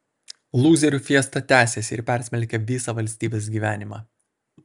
lūzerių fiesta tęsiasi ir persmelkia visą valstybės gyvenimą